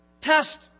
Test